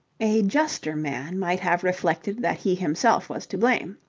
a juster man might have reflected that he himself was to blame.